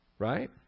Right